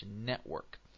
Network